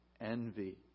Envy